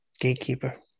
gatekeeper